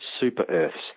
super-Earths